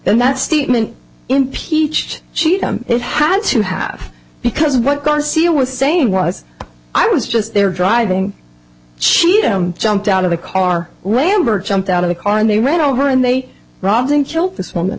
then that statement impeached she it had to have because what conceal was saying was i was just there driving she jumped out of the car ramberg jumped out of the car and they ran over and they robbed and killed this woman